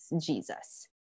Jesus